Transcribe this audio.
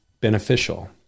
beneficial